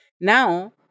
Now